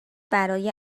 برای